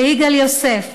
ליגאל יוסף,